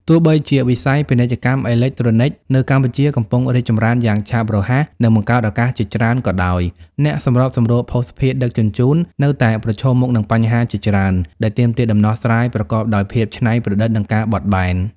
ទោះបីជាវិស័យ ពាណិជ្ជកម្មអេឡិចត្រូនិក នៅកម្ពុជាកំពុងរីកចម្រើនយ៉ាងឆាប់រហ័ស និងបង្កើតឱកាសជាច្រើនក៏ដោយ អ្នកសម្របសម្រួលភស្តុភារដឹកជញ្ជូននៅតែប្រឈមមុខនឹងបញ្ហាជាច្រើនដែលទាមទារដំណោះស្រាយប្រកបដោយភាពច្នៃប្រឌិត និងការបត់បែន។